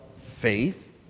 faith